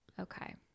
okay